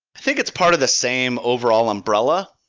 i think it's part of the same overall umbrella.